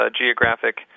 geographic